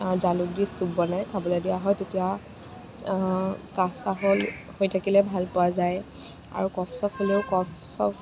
জালুক দি চুপ বনাই খাবলৈ দিয়া হয় তেতিয়া কাহ চাহ হ'ল হৈ থাকিলে ভাল পোৱা যায় আৰু কফ চফ হ'লেও কফ চফ